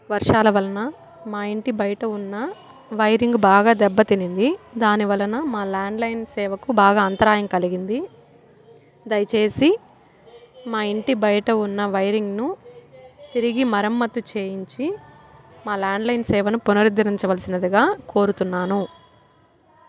వర్షాల వలన మా ఇంటి బయట ఉన్న వైరింగ్ బాగా దెబ్బ తిన్నది దాని వలన మా ల్యాండ్లైన్ సేవకు బాగా అంతరాయం కలిగింది దయచేసి మా ఇంటి బయట ఉన్న వైరింగ్ను తిరిగి మరమ్మత్తు చేయించి మా ల్యాండ్లైన్ సేవను పునరుద్ధరించవలసినదిగా కోరుతున్నాను